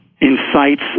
incites